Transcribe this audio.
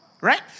Right